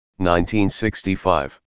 1965